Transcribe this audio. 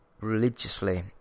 religiously